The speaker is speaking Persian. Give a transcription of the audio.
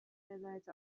رضایت